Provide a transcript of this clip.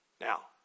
Now